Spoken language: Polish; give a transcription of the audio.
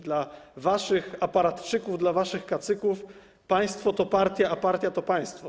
Dla waszych aparatczyków, dla waszych kacyków państwo to partia, a partia to państwo.